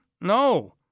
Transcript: No